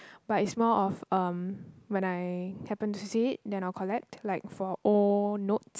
but it's more of um when I happen to see it then I will collect like for old note